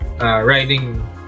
riding